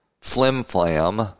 flim-flam